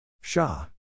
Shah